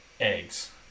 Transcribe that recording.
eggs